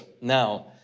Now